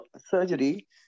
surgery